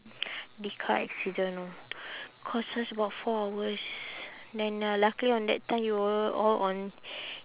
big car accident orh cost us about four hours then uh luckily on that time you were all on